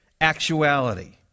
actuality